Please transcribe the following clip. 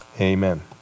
Amen